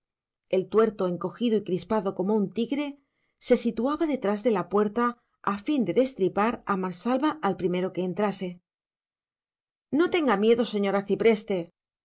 el tuerto encogido y crispado como un tigre se situaba detrás de la puerta a fin de destripar a mansalva al primero que entrase no tenga miedo señor